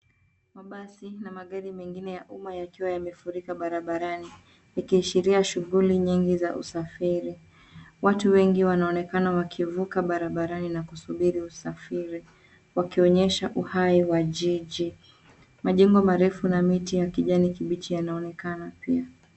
Mabasi na magari mengine ya umma yakiwa yamefurika barabarani, likiashiria shughuli nyingi za usafiri. Watu wengi wanaonekana wakivuka barabarani na kusubiri usafiri, wakionyesha uhai wa jiji. Majengo marefu na miti ya kijani kibichi yanaonekana pia.